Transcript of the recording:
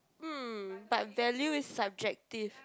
mm but value is subjective